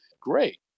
Great